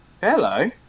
Hello